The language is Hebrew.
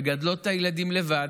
מגדלות את הילדים לבד,